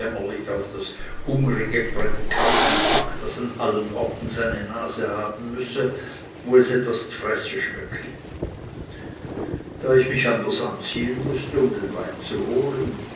auf das hungrig predikantenpack das an allen orten seine nase haben müsse wo es etwas z'fresse schmöcki da ich mich anders anziehen mußte um den wein zu holen